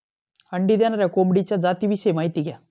अंडी देणाऱ्या कोंबडीच्या जातिविषयी माहिती द्या